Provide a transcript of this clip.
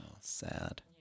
sad